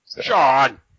Sean